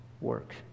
work